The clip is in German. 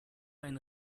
einen